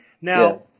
Now